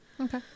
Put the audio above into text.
okay